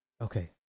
Okay